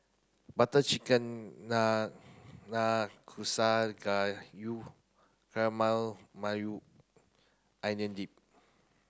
butter Chicken Nanakusa Gayu Maui Onion Dip